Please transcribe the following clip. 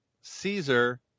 Caesar